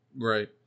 Right